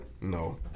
no